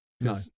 No